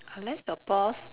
unless your boss